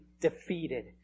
defeated